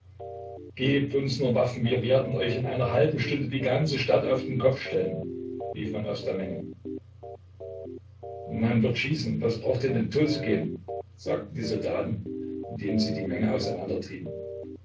gebt uns nur waffen wir werden euch in einer halben stunde die ganze stadt auf den kopf stellen rief man aus der menge man wird schießen was braucht ihr in den tod zu gehen sagten die soldaten indem sie die menge auseinandertrieben